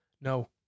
no